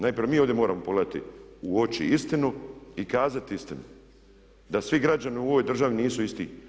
Najprije mi ovdje moramo pogledati u oči istinu i kazati istinu da svi građani u ovoj državi nisu isti.